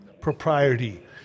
Propriety